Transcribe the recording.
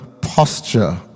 posture